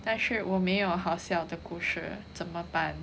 但是我没有好笑的故事怎么办